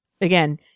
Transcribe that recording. again